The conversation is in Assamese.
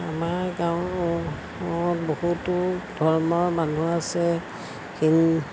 আমাৰ গাঁৱত বহুতো ধৰ্মৰ মানুহ আছে হিন্দু